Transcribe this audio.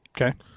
Okay